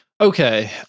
Okay